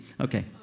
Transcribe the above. Okay